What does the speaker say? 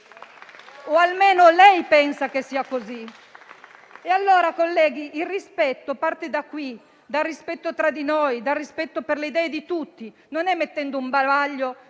lui o lei pensa che sia così. Colleghi, il rispetto parte da qui: dal rispetto tra di noi, dal rispetto per le idee di tutti; non è mettendo un bavaglio